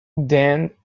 then